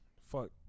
fuck